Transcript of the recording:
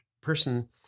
person